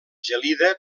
gelida